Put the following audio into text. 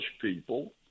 people